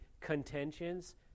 contentions